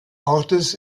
ortes